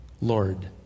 Lord